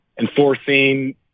enforcing